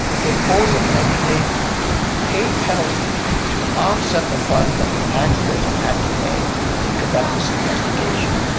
to impose a ninety day pay penalty to offset the funds that the taxpayer's have had to pay to conduct this investigation.